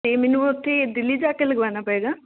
ਅਤੇ ਮੈਨੂੰ ਉੱਥੇ ਦਿੱਲੀ ਜਾ ਕੇ ਲਗਵਾਉਣਾ ਪਏਗਾ